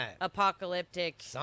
apocalyptic